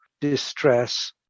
distress